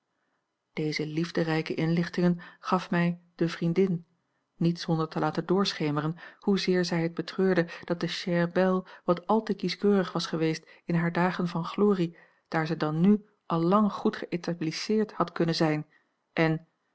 deze liefderijke inlichtingen gaf mij de vriendin niet zonder te laten doorschemeren hoezeer zij het betreurde dat de chère belle wat al te kieschkeurig was geweest in hare dagen van glorie daar ze dan n al lang goed geëtablisseerd had kunnen zijn en